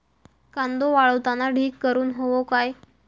कांदो वाळवताना ढीग करून हवो काय?